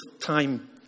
time